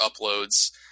uploads